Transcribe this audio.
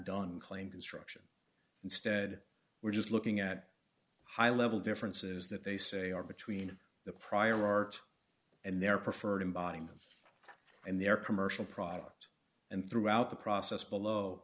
done claim construction instead we're just looking at high level differences that they say are between the prior art and their preferred embodiment in their commercial product and throughout the process below